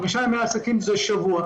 חמישה ימי עסקים זה שבוע.